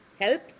help